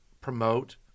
promote